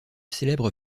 célèbre